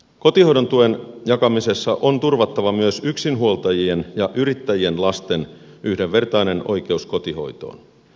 kotihoidon tuen jakamisessa on turvattava myös yksinhuoltajien ja yrittäjien lasten yhdenvertainen oikeus kotihoitoon